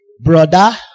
Brother